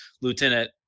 lieutenant